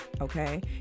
Okay